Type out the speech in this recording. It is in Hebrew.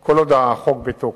כל עוד החוק בתוקף.